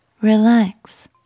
relax